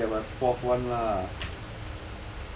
I was about to get my fourth one lah